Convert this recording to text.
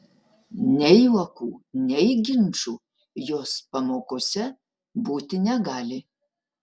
nei juokų nei ginčų jos pamokose būti negali